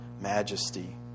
majesty